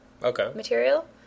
material